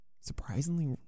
surprisingly